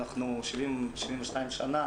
עברו מאז 72 שנים,